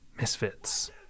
Misfits